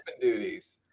duties